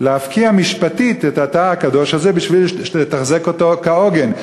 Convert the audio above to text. להפקיע משפטית את האתר הקדוש הזה בשביל לתחזק אותו כהוגן?